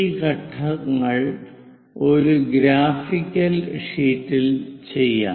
ഈ ഘട്ടങ്ങൾ ഒരു ഗ്രാഫിക്കൽ ഷീറ്റിൽ ചെയ്യാം